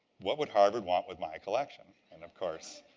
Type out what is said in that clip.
what would harvard want with my collection. and of course,